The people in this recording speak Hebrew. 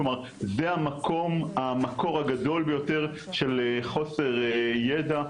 כלומר זה המקום המקור הגדול ביותר של חוסר ידע,